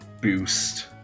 boost